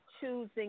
choosing